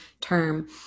term